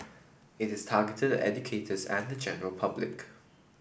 it is targeted at educators and general public